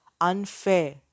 unfair